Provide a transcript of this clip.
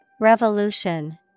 REVOLUTION